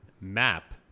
map